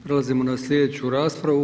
Prelazimo na slijedeću raspravu.